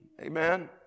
Amen